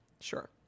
Sure